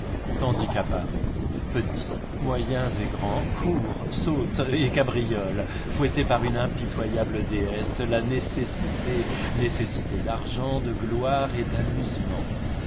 tandis qu'à paris petits moyens et grands courent sautent et cabriolent fouettés par une impitoyable déesse la nécessité nécessité d'argent de gloire ou d'amusement